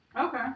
Okay